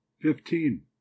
fifteen